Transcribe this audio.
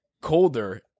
colder